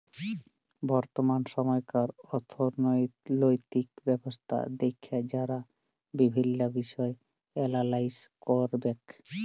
বর্তমাল সময়কার অথ্থলৈতিক ব্যবস্থা দ্যাখে যারা বিভিল্ল্য বিষয় এলালাইস ক্যরবেক